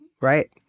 right